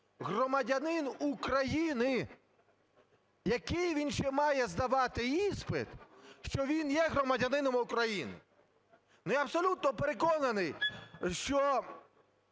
громадянин України який він ще має здавати іспит, що він є громадянином України? Я абсолютно переконаний, що